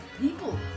people